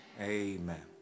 Amen